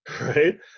right